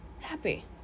happy